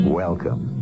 welcome